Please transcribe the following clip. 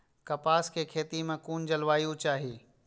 कपास के खेती में कुन जलवायु चाही?